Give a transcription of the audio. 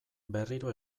berriro